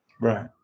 Right